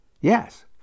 Yes